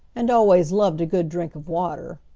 and always loved a good drink of water.